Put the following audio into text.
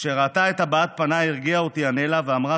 כשראתה את הבעת פניי הרגיעה אותי אנלה ואמרה